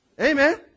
Amen